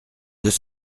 deux